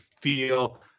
feel